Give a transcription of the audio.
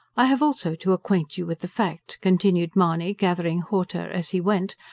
i have also to acquaint you with the fact, continued mahony, gathering hauteur as he went,